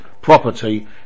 Property